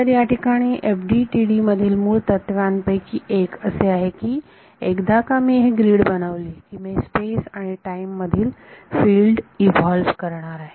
तर या ठिकाणी FDTD मधील मूळ तत्त्वांपैकी एक असे आहे की एकदा का मी ही ग्रीड बनवली की मी स्पेस आणि टाईम मधील फिल्ड ईव्हॉल्व करणार आहे